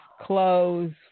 clothes